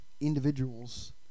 individuals